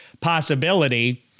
possibility